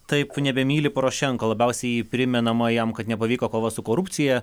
taip nebemyli porošenko labiausiai jį primenama jam kad nepavyko kova su korupcija